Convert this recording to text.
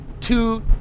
two